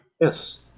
yes